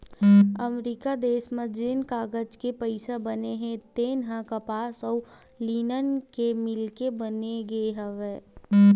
अमरिका देस म जेन कागज के पइसा बने हे तेन ह कपसा अउ लिनन ल मिलाके बनाए गे हवय